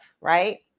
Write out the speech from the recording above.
Right